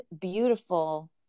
beautiful